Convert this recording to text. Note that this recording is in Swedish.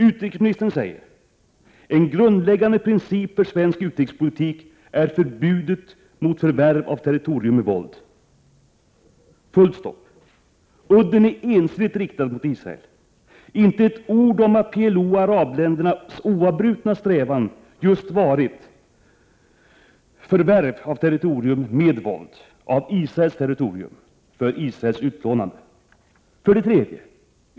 Utrikesministern säger att en grundläggande princip för svensk utrikespolitik är förbudet mot förvärv av territorium med våld. — Udden är ensidigt riktad mot Israel. Inte ett ord om att PLO:s och arabländernas oavbrutna strävan just varit förvärv av territorium med våld — av Israels territorium, för Israels utplånande. 3.